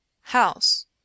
House